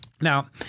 Now